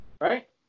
Right